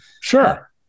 Sure